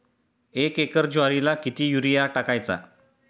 एक एकर ज्वारीला किती युरिया टाकायचा?